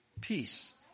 Peace